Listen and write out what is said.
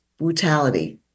brutality